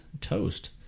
toast